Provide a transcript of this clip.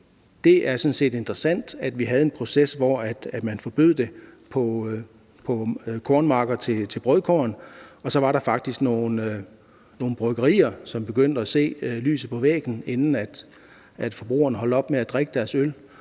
set interessant, at vi havde en proces, hvor man forbød det på kornmarker til brødkorn, og så var der faktisk nogle bryggerier, som begyndte at se skriften på væggen, inden forbrugerne holdt op med drikke deres øl,